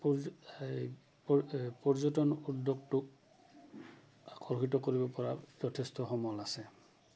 পৰ এই পৰ্যটন উদ্যোগটোক আকৰ্ষিত কৰিব পৰা যথেষ্ট সমল আছে